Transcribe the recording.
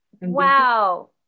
Wow